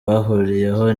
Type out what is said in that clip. bahuriyeho